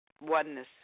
Oneness